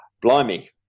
blimey